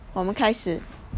我们开始